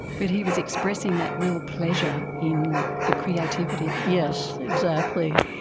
but he was expressing that real pleasure in the creativity. yes, exactly.